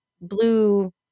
blue